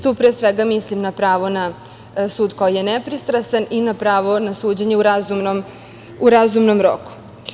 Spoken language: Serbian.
Tu pre svega mislim na pravo na sud koji je nepristrastan i na pravo na suđenje u razumnom roku.